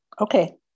Okay